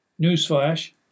newsflash